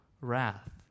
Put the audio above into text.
wrath